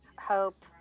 hope